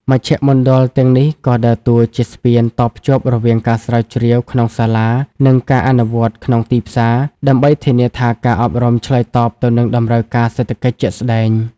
មជ្ឈមណ្ឌលទាំងនេះក៏ដើរតួជា "ស្ពាន" តភ្ជាប់រវាងការស្រាវជ្រាវក្នុងសាលា និងការអនុវត្តក្នុងទីផ្សារ ដើម្បីធានាថាការអប់រំឆ្លើយតបទៅនឹងតម្រូវការសេដ្ឋកិច្ចជាក់ស្ដែង។